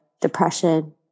depression